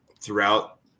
throughout